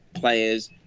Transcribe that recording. players